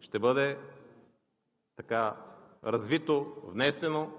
ще бъде развито, внесено,